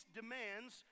demands